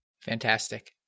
Fantastic